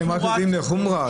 אתם הולכים לחומרה.